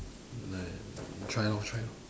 never mind try lor try lor